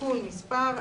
(תיקון מס׳...),